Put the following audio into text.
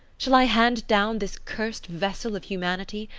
shall i hand down this cursed vessel of humanity,